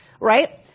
right